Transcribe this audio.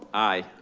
aye.